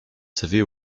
savait